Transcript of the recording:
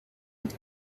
mit